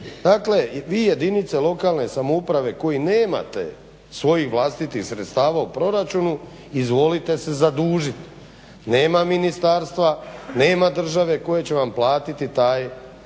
Dakle, vi jedinice lokalne samouprave koji nemate svojih vlastitih sredstava u proračunu izvolite se zadužiti. Nema ministarstva, nema države koja će vam platiti taj